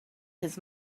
his